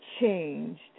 changed